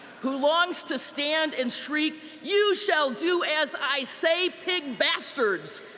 who longs to stand and shriek, you shall do as i say, pig bastards!